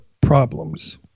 problems